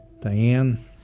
Diane